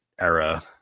era